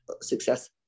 success